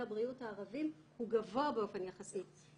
הבריאות הערבים הוא גבוה באופן יחסי,